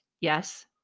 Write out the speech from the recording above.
yes